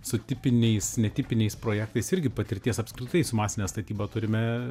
su tipiniais netipiniais projektais irgi patirties apskritai su masine statyba turime